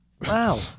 wow